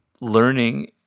learning